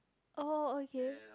oh okay